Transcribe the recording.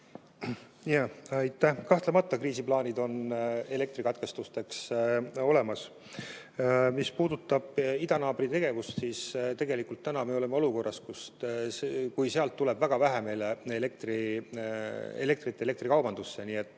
Kahtlemata on kriisiplaanid elektrikatkestusteks olemas. Mis puudutab idanaabri tegevust, siis tegelikult täna me oleme olukorras, et sealt tuleb väga vähe elektrit meie elektrikaubandusse. Nii et